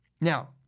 Now